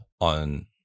on